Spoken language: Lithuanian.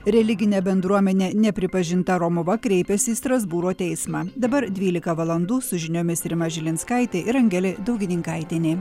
religinė bendruomenė nepripažinta romuva kreipėsi į strasbūro teismą dabar dvylika valandų su žiniomis rima žilinskaitė ir angelė daugininkaitienė